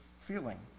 feeling